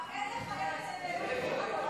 5 נתקבלו.